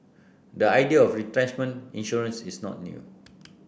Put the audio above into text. the idea of retrenchment insurance is not new